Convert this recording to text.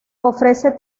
ofrece